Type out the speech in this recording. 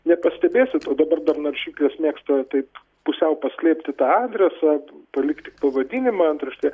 nepastebėsit o dabar dar naršyklės mėgsta taip pusiau paslėpti tą adresą p palikt tik pavadinimą antraštėje